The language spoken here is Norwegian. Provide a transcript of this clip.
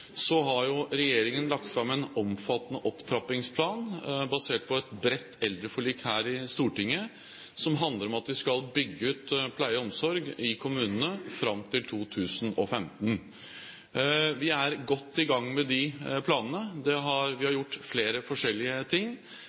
har regjeringen lagt fram en omfattende opptrappingsplan basert på et bredt eldreforlik her i Stortinget, som handler om at vi skal bygge ut pleie- og omsorgstilbudet i kommunene fram til 2015. Vi er godt i gang med de planene. Vi har gjort flere forskjellige ting.